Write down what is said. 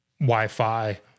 Wi-Fi